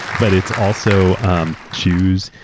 but it's also um shoes,